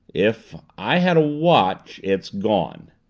if i had a watch it's gone,